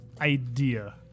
idea